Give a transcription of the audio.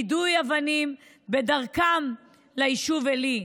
מיידוי אבנים בדרכם ליישוב עלי.